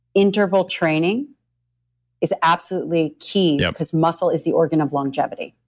interval training is absolutely key yeah because muscle is the organ of longevity